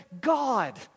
God